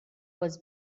was